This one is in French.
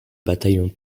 bataillon